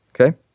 Okay